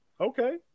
Okay